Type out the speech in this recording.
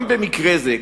גם במקרה זה,